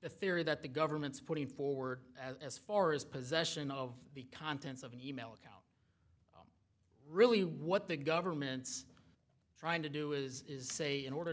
the theory that the government's putting forward as far as possession of the contents of an e mail account really what the government's trying to do is say in order to